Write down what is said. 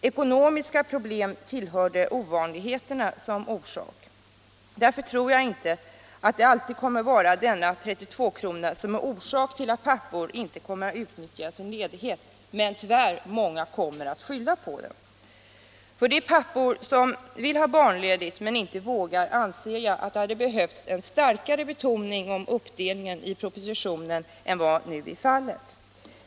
Ekonomiska problem tillhörde ovanligheterna som orsak. Därför tror jag inte att det alltid kommer att vara denna 32-krona som är orsaken till att pappor inte utnyttjar sin ledighet, men många kommer tyvärr att skylla på den. För de pappor som vill ha barnledigt men inte vågar anser jag att det hade behövts en starkare betoning av uppdelningen i propositionen än vad nu är fallet.